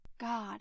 God